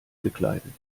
gekleidet